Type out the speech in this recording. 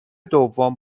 دوم